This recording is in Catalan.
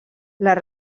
les